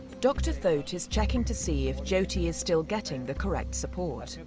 dr thote is checking to see if jyoti is still getting the correct support.